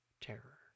terror